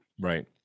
Right